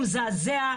הוא מזעזע,